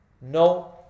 No